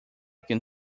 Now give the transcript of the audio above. can